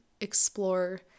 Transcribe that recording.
explore